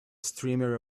streamer